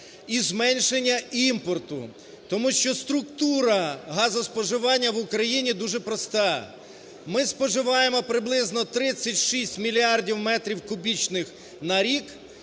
і зменшення імпорту, тому що структура газоспоживання в Україні дуже проста. Ми споживаємо приблизно 36 мільярдів метрів кубічних на рік.